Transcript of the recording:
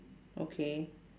okay